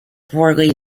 poorly